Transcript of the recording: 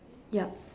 yup